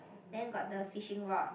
then got the fishing rod